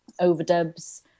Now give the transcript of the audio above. overdubs